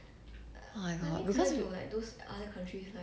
oh my god cause you